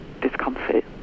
discomfort